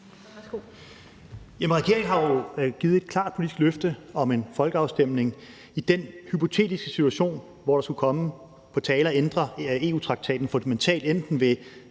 Regeringen har jo givet et klart politisk løfte om en folkeafstemning i den hypotetiske situation, at det skulle komme på tale at ændre EU-traktaten fundamentalt ved